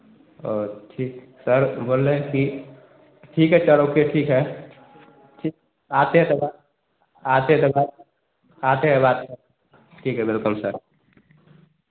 ठीक सर बोले रहे हैं कि ठीक है सर ओके ठीक है आते हैं आते हैं आते हैं हम आते हैं ठीक वेलकम सर